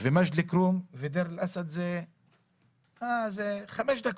ומג'ד אל כרום ודיר אל אסד זה במרחק חמש דקות,